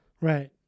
Right